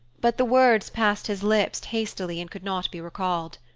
but the words passed his lips hastily and could not be recalled.